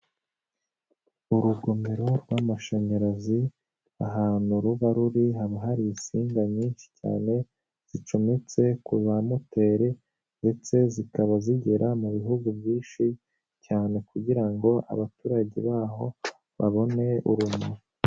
Urugomero rw'amashanyarazi, ahantu ruba ruri haba hari insinga nyinshi cyane zicometse ku bimoteri ndetse zikaba zigera mu bihugu byinshi cyane, kugira ngo abaturage baho babone urumuri.